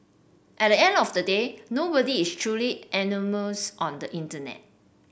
at the end of the day nobody is truly anonymous on the internet